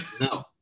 No